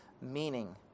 meaning